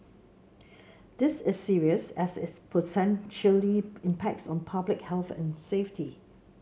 this is serious as it potentially impacts on public health and safety